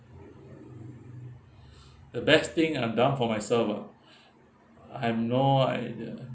the best thing I've done for myself ah I have no idea